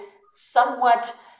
somewhat